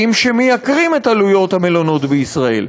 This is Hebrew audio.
שמייקרים את עלויות המלונות בישראל.